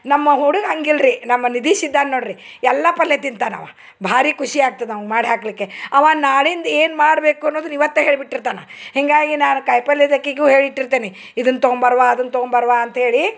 ನಮ್ಮ ಹುಡುಗ ಹಾಗಿಲ್ರಿ ನಮ್ಮ ನಿದೀಶ್ ಇದ್ದಾನೆ ನೋಡ್ರಿ ಎಲ್ಲ ಪಲ್ಯೆ ತಿಂತಾನೆ ಅವ ಭಾರಿ ಖುಷಿ ಆಗ್ತದ ಅವಂಗ ಮಾಡಿ ಹಾಕಲಿಕ್ಕೆ ಅವ ನಾಳಿಂದು ಏನು ಮಾಡಬೇಕು ಅನ್ನೊದುನ್ನ ಇವತ್ತೇ ಹೇಳ್ಬಿಟ್ಟಿರ್ತಾನ ಹೀಗಾಗಿ ನಾನು ಕಾಯಿ ಪಲ್ಯದಾಕಿಗು ಹೇಳಿಟ್ಟಿರ್ತೆನಿ ಇದನ್ನ ತಗೊಂಬರುವ ಅದನ್ನ ತಗೊಂಬರುವ ಅಂತೇಳಿ